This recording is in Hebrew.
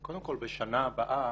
קודם כל בשנה הבאה,